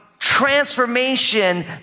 transformation